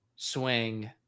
Swing